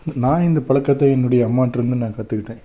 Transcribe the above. நான் இந்த பழக்கத்த என்னுடைய அம்மாட்டருந்து நான் கற்றுக்கிட்டேன்